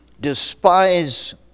Despise